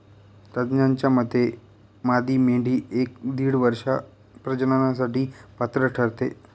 तज्ज्ञांच्या मते मादी मेंढी एक ते दीड वर्षात प्रजननासाठी पात्र ठरते